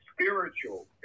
spiritual